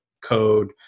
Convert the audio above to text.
code